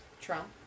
Trump